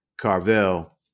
Carvel